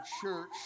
church